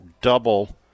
double